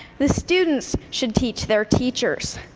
the students should teach their teachers.